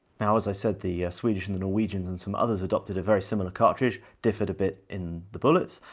now, as i said, the swedish and the norwegians and some others adopted a very similar cartridge, differed a bit in the bullets.